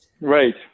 right